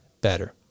better